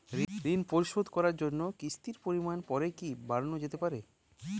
ঋন পরিশোধ করার জন্য কিসতির পরিমান পরে কি বারানো যেতে পারে?